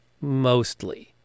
mostly